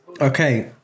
Okay